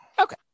Okay